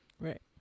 Right